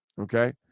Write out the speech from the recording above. Okay